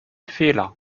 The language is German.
fehler